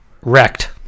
wrecked